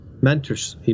mentors